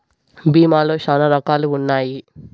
భీమా లో శ్యానా రకాలు ఉన్నాయి